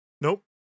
Nope